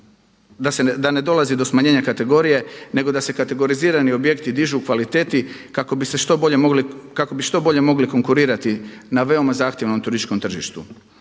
da ne dolazi do smanjenja kategorije nego sa se kategorizirani objekti dižu u kvaliteti kako bi što bolje mogli konkurirati na veoma zahtjevnom turističkom tržištu.